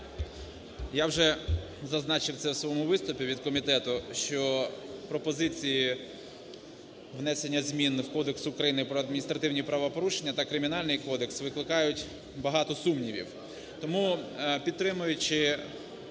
Я вже зазначив це в своєму виступі від комітету, що пропозиції внесення змін в Кодекс України про адміністративні правопорушення та Кримінальний кодекс викликають багато сумнівів. Тому, підтримуючи,